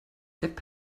depp